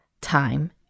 Time